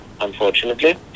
unfortunately